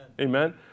Amen